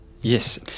Yes